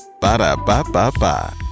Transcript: Ba-da-ba-ba-ba